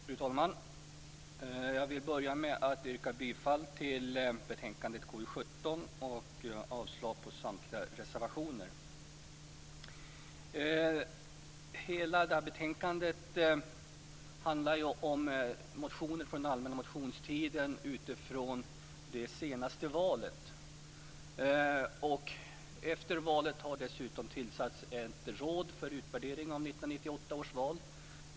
Fru talman! Jag vill börja med att yrka bifall till hemställan i betänkandet KU 17 och avslag på samtliga reservationer. Hela betänkandet handlar om motioner från den allmänna motionstiden efter det senaste valet. Efter valet har det tillsatts ett råd för utvärdering av 1998 års val.